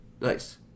Nice